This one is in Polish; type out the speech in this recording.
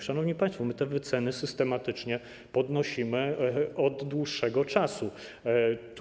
Szanowni państwo, my te wyceny systematycznie podnosimy od dłuższego czasu.